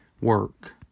work